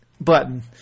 button